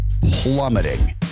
plummeting